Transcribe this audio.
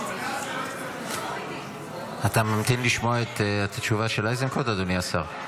אתה ממתין לשמוע את התשובה של איזנקוט, אדוני השר?